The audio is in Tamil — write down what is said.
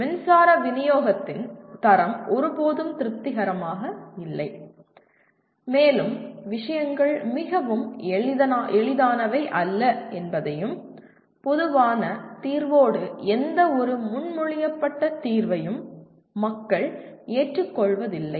மின்சார விநியோகத்தின் தரம் ஒருபோதும் திருப்திகரமாக இல்லை மேலும் விஷயங்கள் மிகவும் எளிதானவை அல்ல என்பதையும் பொதுவான தீர்வோடு எந்தவொரு முன்மொழியப்பட்ட தீர்வையும் மக்கள் ஏற்றுக்கொள்வதில்லை